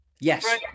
Yes